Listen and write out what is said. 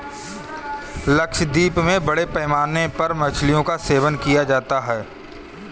लक्षद्वीप में बड़े पैमाने पर मछलियों का सेवन किया जाता है